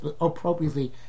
appropriately